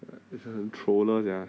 你真的很 troller sia